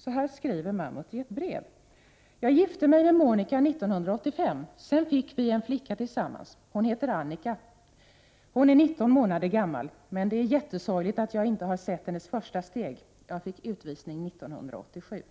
Så här skriver Mahmut i ett brev: Jag gifte mig med Monica 1985. Sedan fick vi en flicka tillsammans. Hon heter Annika. Hon är 19 månader gammal, men det är jättesorgligt att jag inte har sett hennes första steg. Jag fick utvisning 1987.